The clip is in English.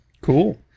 Cool